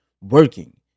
working